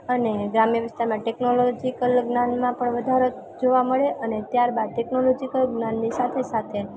અને ગ્રામ્ય વિસ્તારમાં ટેક્નોલોજિકલ જ્ઞાનમાં પણ વધારો જોવા મળે અને ત્યારબાદ ટેક્નોલોજિકલ જ્ઞાનની સાથે સાથે